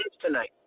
tonight